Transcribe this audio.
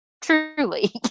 truly